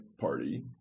Party